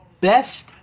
Best